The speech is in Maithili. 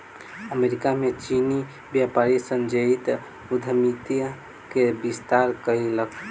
अमेरिका में चीनी व्यापारी संजातीय उद्यमिता के विस्तार कयलक